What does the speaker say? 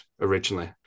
originally